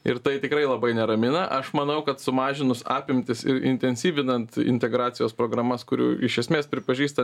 ir tai tikrai labai neramina aš manau kad sumažinus apimtis ir intensyvinant integracijos programas kurių iš esmės pripažįsta